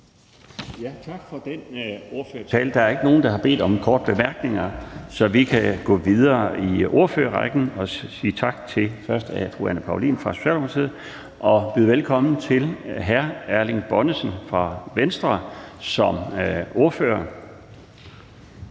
Tak for den ordførertale. Der er ikke nogen, der har bedt om korte bemærkninger, så vi kan gå videre i ordførerrækken – og først sige tak til fru Anne Paulin fra Socialdemokratiet – og byde velkommen til hr. Erling Bonnesen fra Venstre som ordfører.